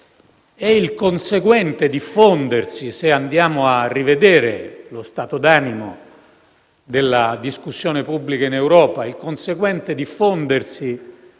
e il conseguente diffondersi, se andiamo a rivedere lo stato d'animo della discussione pubblica in Europa, non solo di